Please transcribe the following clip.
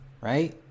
right